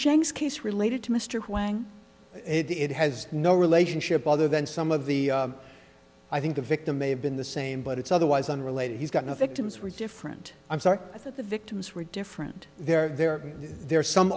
jenks case related to mr when it has no relationship other than some of the i think the victim may have been the same but it's otherwise unrelated he's gotten a fictitious were different i'm sorry i thought the victims were different they're there there is some